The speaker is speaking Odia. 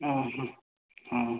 ଅଁ ହଁ ହଁ